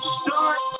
start